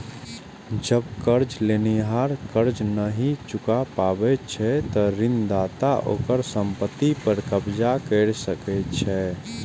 जब कर्ज लेनिहार कर्ज नहि चुका पाबै छै, ते ऋणदाता ओकर संपत्ति पर कब्जा कैर सकै छै